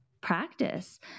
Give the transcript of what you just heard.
practice